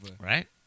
right